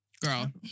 Girl